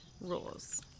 rules